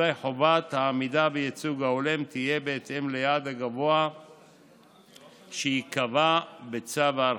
חובת העמידה בייצוג ההולם תהיה בהתאם ליעד הגבוה שייקבע בצו ההרחבה.